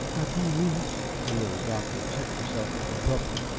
i do wish the little doctor checked herself abruptly,